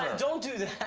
don't do that.